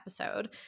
episode